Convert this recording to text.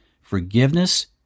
forgiveness